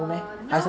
err now